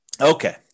Okay